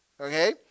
okay